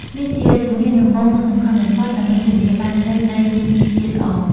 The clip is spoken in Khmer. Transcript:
នេះជាជំហានដំបូង និងសំខាន់បំផុតដើម្បីធានាបាននូវដីមានជីជាតិល្អ។